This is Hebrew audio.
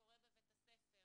שקורה בבית הספר